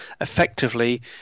effectively